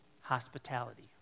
hospitality